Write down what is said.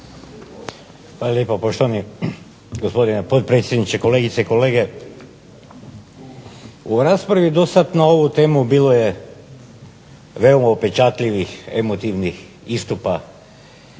Hvala lijepo poštovani gospodine potpredsjedniče, kolegice i kolege. U raspravi je do sad na ovu temu bilo je veoma upečatljivih emotivnih istupa i govora,